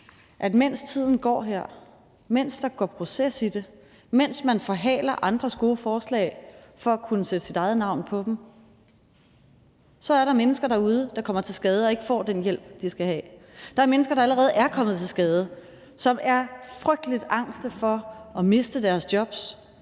at mens tiden går, mens der går proces i det, mens man forhaler andres gode forslag for at kunne sætte sit eget navn på dem, så er der mennesker derude, der kommer til skade og ikke får den hjælp, de skal have. Der er mennesker, der allerede er kommet til skade, som er frygtelig angste for at miste deres job,